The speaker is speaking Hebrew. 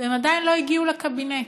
והן עדיין לא הגיעו לקבינט